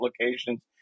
locations